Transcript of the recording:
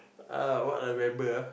oh what I remember ah